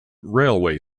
railway